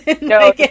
no